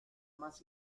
más